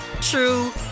true